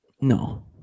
No